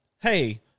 Hey